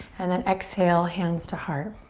and then exhale, hands to heart.